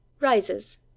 Rises